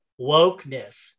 wokeness